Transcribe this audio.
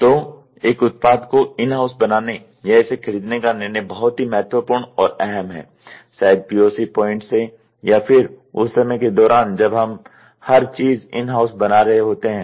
तो एक उत्पाद को इन हाउस बनाने या इसे खरीदने का निर्णय बहुत ही महत्वपूर्ण और अहम है शायद POC पॉइंट से या फिर उस समय के दौरान जब हम हर चीज इन हाउस बना रहे होते हैं